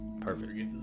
Perfect